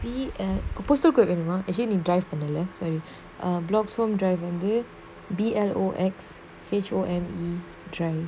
P_A postal group வேணுமா:venumaa actually நீ:nee drive பண்ணல:pannala sorry err bloxhome drive வந்து:vanthu B L O X H O M E drive